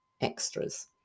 extras